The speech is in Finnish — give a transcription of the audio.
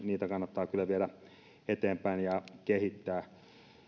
niitä kannattaa kyllä viedä eteenpäin ja kehittää